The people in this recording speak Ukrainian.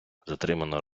затримано